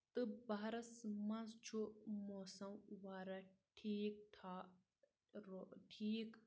تہٕ بہارَس منٛز چھُ موسم واریاہ ٹھیٖک ٹھیٖک روٹھیٖک